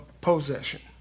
possession